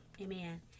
Amen